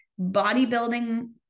bodybuilding